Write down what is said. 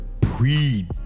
pre-